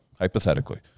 hypothetically